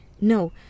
No